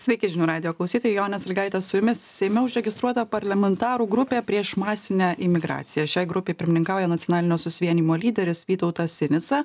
sveiki žinių radijo klausytojai jonė sąlygaitė su jumis seime užregistruota parlamentarų grupė prieš masinę imigraciją šiai grupei pirmininkauja nacionalinio susivienijimo lyderis vytautas sinica